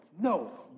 no